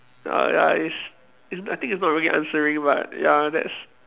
ah ya is is I think it's not really answering but ya that's